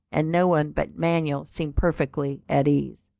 and no one but manuel seemed perfectly at ease.